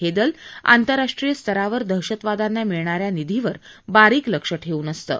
हे दल आंतरराष्ट्रीय स्तरावर दहशतवाद्यांना मिळणाऱ्या निधीवर बारीक लक्ष ठेऊन असतं